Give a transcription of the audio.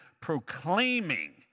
proclaiming